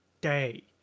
day